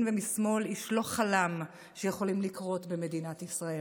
ומשמאל איש לא חלם שיכולים לקרות במדינת ישראל.